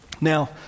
Now